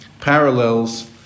parallels